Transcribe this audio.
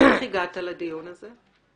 איך הגעת לדיון הזה?